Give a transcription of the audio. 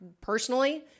personally